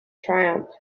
triumph